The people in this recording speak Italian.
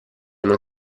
non